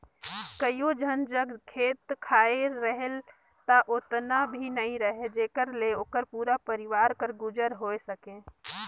कइयो झन जग खेत खाएर रहेल ता ओतना भी नी रहें जेकर ले ओकर पूरा परिवार कर गुजर होए सके